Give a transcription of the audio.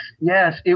yes